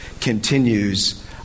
continues